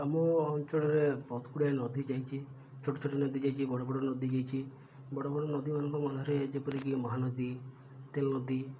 ଆମ ଅଞ୍ଚଳରେ ବହୁତ ଗୁଡ଼ିଏ ନଦୀ ଯାଇଛି ଛୋଟ ଛୋଟ ନଦୀ ଯାଇଛି ବଡ଼ ବଡ଼ ନଦୀ ଯାଇଛି ବଡ଼ ବଡ଼ ନଦୀମାନଙ୍କ ମଧ୍ୟରେ ଯେପରିକି ମହାନଦୀ ତେଲ୍ ନଦୀ